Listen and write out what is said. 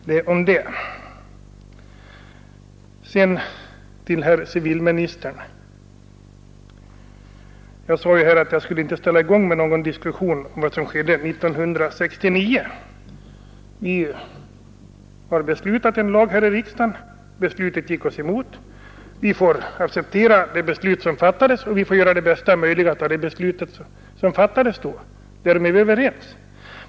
Jag sade förut till herr civilministern att jag skulle inte sätta i gång någon diskussion om vad som skedde 1969. Riksdagen har beslutat en lag. Det beslutet gick oss emot. Vi får acceptera det beslut som fattades och göra det bästa möjliga av det. Därom är vi överens.